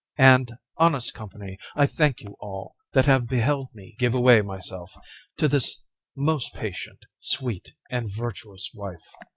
and, honest company, i thank you all, that have beheld me give away myself to this most patient, sweet, and virtuous wife.